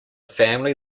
family